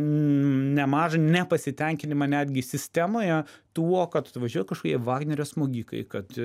nemažą nepasitenkinimą netgi sistemoje tuo kad atvažiuoja kažkokie vagnerio smogikai kad